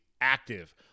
active